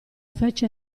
fece